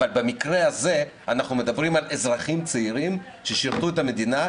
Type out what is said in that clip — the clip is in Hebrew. אבל במקרה הזה אנחנו מדברים על אזרחים צעירים ששירתו את המדינה,